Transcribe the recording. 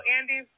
Andy